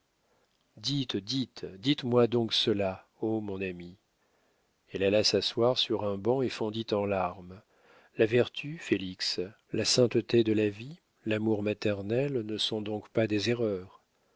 dites dites-moi donc cela ô mon ami elle alla s'asseoir sur un banc et fondit en larmes la vertu félix la sainteté de la vie l'amour maternel ne sont donc pas des erreurs